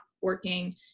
working